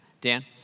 Dan